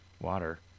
water